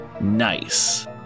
Nice